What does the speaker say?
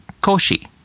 koshi